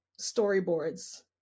storyboards